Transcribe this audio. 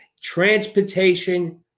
Transportation